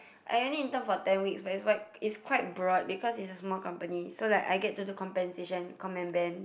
I only intern for ten weeks but it's wide it's quite broad because it is a small company so like I get to do compensation com and band